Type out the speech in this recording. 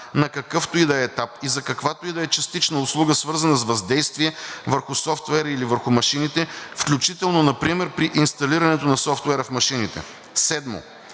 на какъвто и да е етап и за каквато и да е частична услуга, свързана с въздействие върху софтуера или върху машините, включително например при инсталирането на софтуера в машините. 7.